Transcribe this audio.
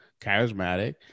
charismatic